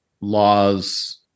laws